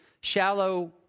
shallow